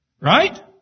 Right